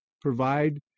provide